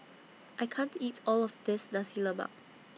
I can't eat All of This Nasi Lemak